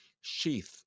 sheath